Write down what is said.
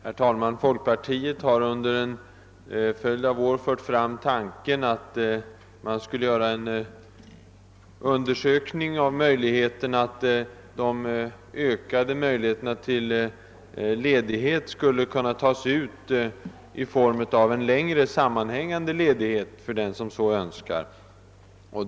Herr talman! Folkpartiet har under en följd av år fört fram tanken, att de ökade möjligheterna till fritid skulle kunna tas ut i form av en längre sammanhängande ledighet för den som så önskar.